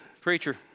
Preacher